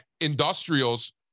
industrials